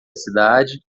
cidade